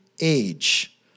age